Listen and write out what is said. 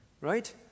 right